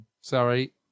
sorry